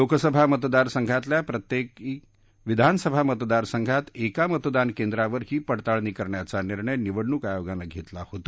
लोकसभा मतदारसंघातल्या प्रत्येक विधानसभा मतदारसंघात एका मतदानकेंद्रावर ही पडताळणी करण्याचा निर्णय निवडणूक आयोगानं घेतला होता